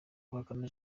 guhakana